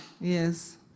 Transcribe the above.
Yes